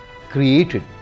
created